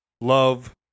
love